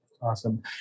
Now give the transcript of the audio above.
Awesome